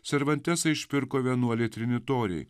servantesą išpirko vienuoliai trinitoriai